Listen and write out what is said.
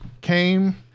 came